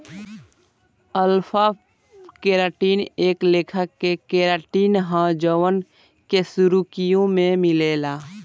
alpha keratin एक लेखा के केराटिन ह जवन कशेरुकियों में मिलेला